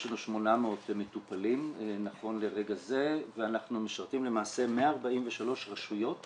יש לנו 800 מטופלים נכון לרגע זה ואנחנו משרתים למעשה 143 רשויות בארץ,